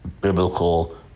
biblical